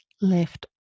left